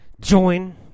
join